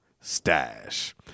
stash